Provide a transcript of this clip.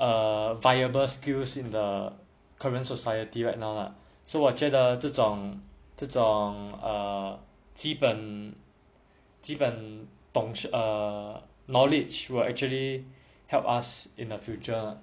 err viable skills in the current society right now lah so 我觉得这种这种呃基基本:wo jue de zhe zhong zhe zhong eai ji ji ben err knowledge will actually help us in the future